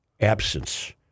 absence